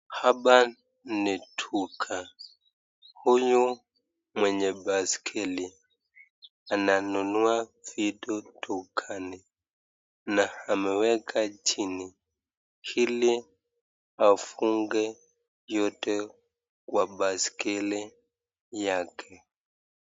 Hapa ni duka, huyu mwenye baiskeli ananunua vitu dukani na ameweka chini ili afunge yote kwa baiskeli yake.